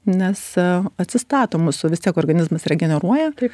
nes atsistato mūsų vis tiek organizmas regeneruoja taip